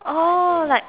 oh like